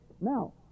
Now